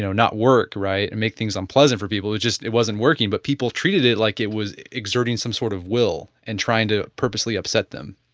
not work right and make things unpleasant for people. it just wasn't working but people treated it like it was exerting some sort of will and trying to purposely upset them